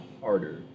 harder